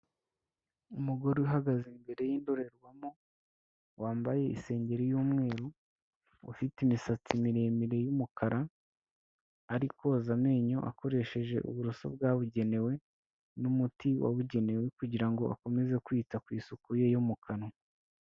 Umugore uhagaze imbere yindorerwamo, wambaye isengeri y'umweru, ufite imisatsi miremire y'umukara, ari koza amenyo akoresheje uburoso bwabugenewe n'umuti wabugenewe kugira ngo akomeze kwita ku isuku ye yo mu kanwa.